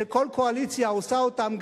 שכל קואליציה עושה אותם,